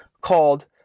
called